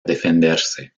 defenderse